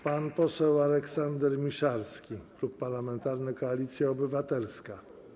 Pan poseł Aleksander Miszalski, Klub Parlamentarny Koalicja Obywatelska.